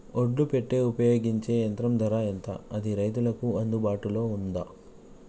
ఒడ్లు పెట్టే ఉపయోగించే యంత్రం ధర ఎంత అది రైతులకు అందుబాటులో ఉందా?